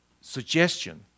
suggestion